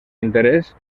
interès